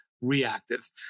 reactive